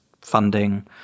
funding